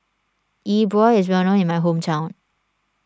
Yi Bua is well known in my hometown